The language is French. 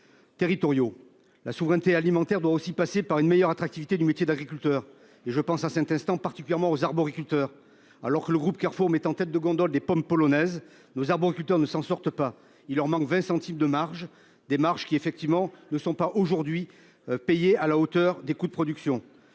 la souveraineté alimentaire doit aussi passer par une meilleure attractivité du métier d'agriculteur et je pense à cet instant particulièrement aux arboriculteurs alors que le groupe Carrefour met en tête de gondole des pommes polonaises. Nous avons culture ne s'en sortent pas, il leur manque 20 centimes de marge des marches qui effectivement ne sont pas aujourd'hui payer à la hauteur des coûts de production.